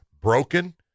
broken